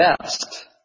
best